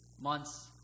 months